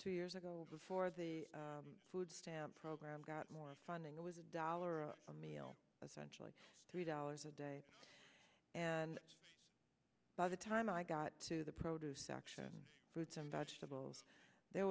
two years ago before the food stamp program got more funding it was a dollar a meal essential like three dollars a day and by the time i got to the produce section with some vegetables there